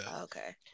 Okay